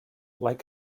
like